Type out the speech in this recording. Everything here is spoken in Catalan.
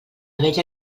vella